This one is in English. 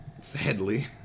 sadly